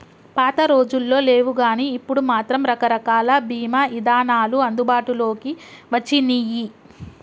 పాతరోజుల్లో లేవుగానీ ఇప్పుడు మాత్రం రకరకాల బీమా ఇదానాలు అందుబాటులోకి వచ్చినియ్యి